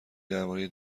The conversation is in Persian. درباره